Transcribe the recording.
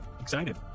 excited